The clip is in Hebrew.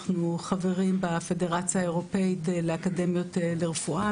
אנחנו חברים בפדרציה האירופאית לאקדמיות לרפואה.